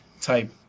type